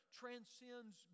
transcends